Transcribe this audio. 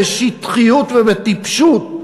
בשטחיות ובטיפשות,